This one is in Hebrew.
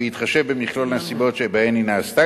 בהתחשב במכלול הנסיבות שבהן היא נעשתה,